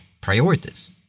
priorities